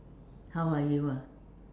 how are you ah